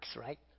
right